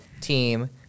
team